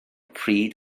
pryd